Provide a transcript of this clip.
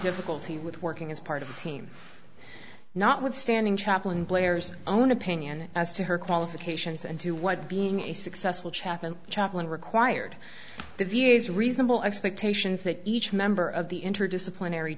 difficulty with working as part of a team not withstanding chaplain blair's own opinion as to her qualifications and to what being a successful chaplain chaplain required the v a s reasonable expectations that each member of the interdisciplinary